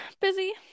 Busy